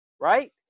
Right